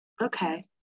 okay